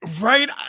right